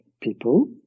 people